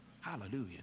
hallelujah